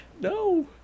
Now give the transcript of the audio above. No